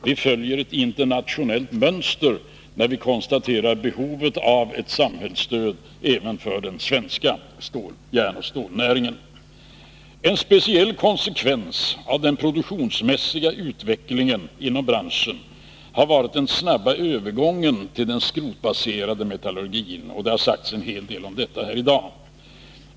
Vi följer ett internationellt mönster, när vi konstaterar behovet av ett samhällsstöd även för den svenska järnoch stålnäringen. En speciell konsekvens av den produktionsmässiga utvecklingen inom branschen har varit den snabba övergången till skrotbaserad metallurgi. Det har sagts en hel del om detta här i dag.